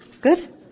Good